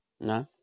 No